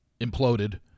imploded